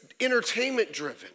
Entertainment-driven